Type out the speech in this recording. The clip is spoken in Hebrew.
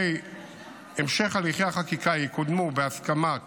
בהמשך הליכי החקיקה יקודמו בהסכמת